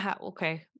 okay